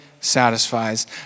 satisfies